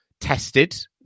tested